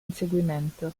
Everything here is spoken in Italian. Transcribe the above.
inseguimento